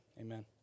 amen